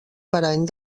parany